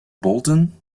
bolton